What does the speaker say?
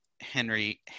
Henry